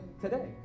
today